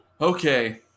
Okay